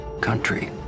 country